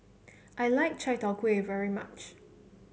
I like Chai Tow Kway very much